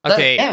Okay